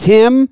Tim